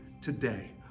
today